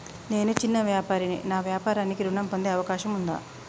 నేను చిన్న వ్యాపారిని నా వ్యాపారానికి ఋణం పొందే అవకాశం ఉందా?